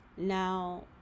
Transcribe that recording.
now